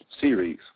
series